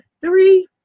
three